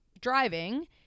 driving